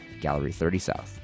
Gallery30South